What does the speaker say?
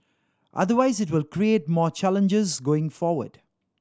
otherwise it will create more challenges going forward